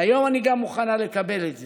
והיום אני גם מוכנה לקבל את זה.